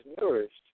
nourished